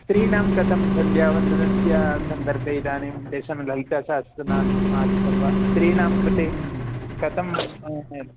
स्त्रीणां कथं सन्ध्यावन्दनस्य सन्दर्भे इदानीं तेषां ललितासहस्रनामादिकं वा स्त्रीणां कृते कथम्